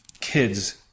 kids